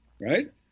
right